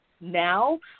now